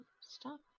Stop